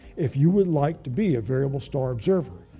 if you would like to be a variable star observer,